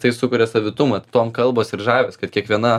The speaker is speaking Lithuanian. tai sukuria savitumą tuom kalbos ir žavis kad kiekviena